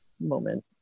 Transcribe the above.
moment